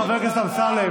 חבר הכנסת אמסלם.